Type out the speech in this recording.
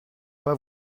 pas